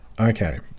Okay